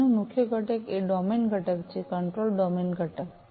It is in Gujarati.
અહીંનો મુખ્ય ઘટક એ ડોમેન ઘટક છે કંટ્રોલ ડોમેન ઘટક